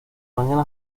mañana